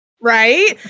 right